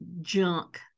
junk